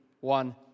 one